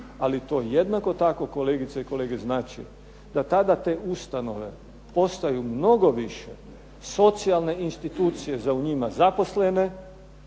ali to jednako tako kolegice i kolege znači da tada te ustanove ostaju mnogo više socijalne institucije za u njima zaposlene